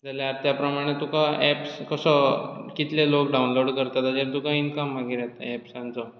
जाल्यार तेप्रमाणे तुका एप्स कसो कितले लोक डाउनलोड करता ताचेर तुका इन्कम मागीर येता एप्सांचो